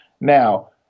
Now